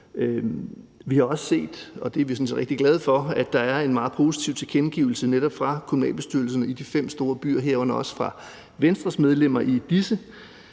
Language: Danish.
Vi har også set – og det er vi sådan set rigtig glade for – at der er blevet givet meget positive tilkendegivelser netop fra kommunalbestyrelserne i de fem store byer, herunder også fra Venstres medlemmer i disse,